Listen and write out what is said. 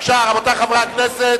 רבותי חברי הכנסת,